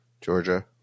Georgia